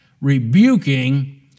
Rebuking